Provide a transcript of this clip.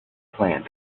plants